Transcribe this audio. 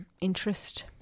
interest